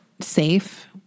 safe